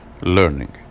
learning